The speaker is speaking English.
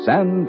San